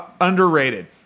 underrated